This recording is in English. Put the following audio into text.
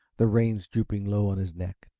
the reins drooping low on his neck.